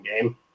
game